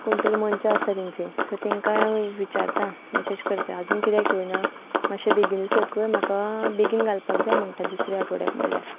कोण तरी मनचां आसता तेंची सो तेंकां विचारता मेसेज करता आजून किित्याक यंनाा मात्शें बेगीनू सकय म्हाका बेगीन घालपाक जाय म्हणटा दुसऱ्या आठवड्याक म्हणल्यार